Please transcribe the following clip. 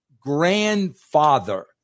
grandfather